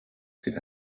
sind